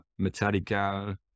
Metallica